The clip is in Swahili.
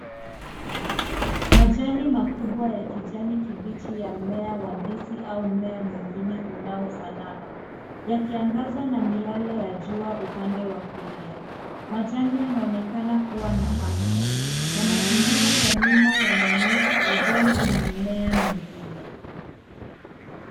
Majani makubwa ya kijani kibichi ya mmea wa ndizi au mmea mwingine unaofanana, yakiangazwa na miale ya jua upande wa kulia. Majani yanaonekana kuwa na afya na mazingira ya nyuma yanaonyesha udongo na mimea mingine.